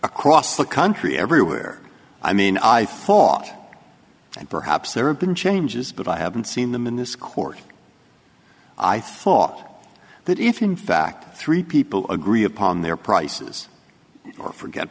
across the country everywhere i mean i thought perhaps there have been changes but i haven't seen them in this court i thought that if in fact three people agree upon their prices or forget